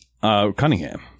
Cunningham